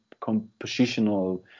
compositional